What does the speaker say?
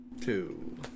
Two